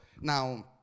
Now